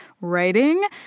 writing